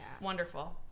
Wonderful